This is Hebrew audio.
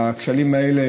והכשלים האלה,